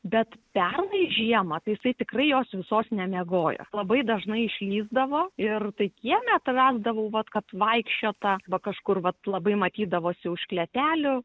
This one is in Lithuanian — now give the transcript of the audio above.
bet pernai žiemą tai jisai tikrai jos visos nemiegojo labai dažnai išlįsdavo ir tai kieme atrasdavau vat kad vaikščiota va kažkur vat labai matydavosi už klėtelių